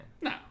No